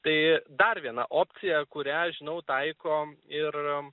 tai dar viena opcija kurią žinau taiko ir